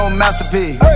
masterpiece